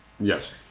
Yes